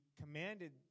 commanded